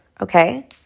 Okay